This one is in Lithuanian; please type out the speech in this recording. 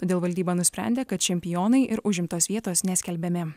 todėl valdyba nusprendė kad čempionai ir užimtos vietos neskelbiami